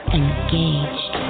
engaged